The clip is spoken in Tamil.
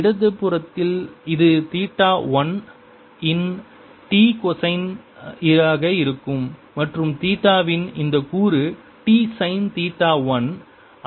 இடது புறத்தில் இது தீட்டா 1 இன் T கொசைனாக இருக்கும் மற்றும் தீட்டா வின் இந்த கூறு T சைன் தீட்டா 1